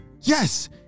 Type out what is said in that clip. Yes